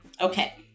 Okay